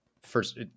first